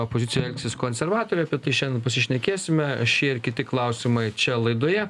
opozicijoje elgsis konservatoriai apie tai šian pasišnekėsime šie ir kiti klausimai čia laidoje